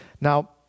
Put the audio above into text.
Now